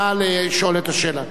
נא לשאול את השאלה.